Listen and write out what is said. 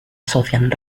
asocian